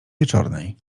wieczornej